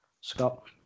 Scott